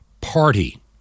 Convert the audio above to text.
party